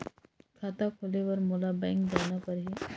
खाता खोले बर मोला बैंक जाना परही?